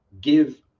give